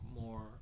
more